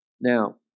Now